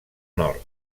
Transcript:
nord